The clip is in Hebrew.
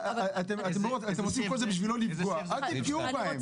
אתם עושים את כל זה בשביל לא לפגוע, אל תפגעו בהם.